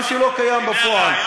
מה שלא קיים בפועל.